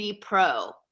pro